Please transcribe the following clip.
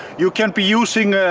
you can be using